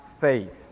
faith